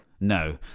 no